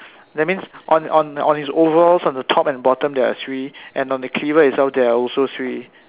that means on on on his overalls on the top and bottom there are three and on the cleaver itself there are also three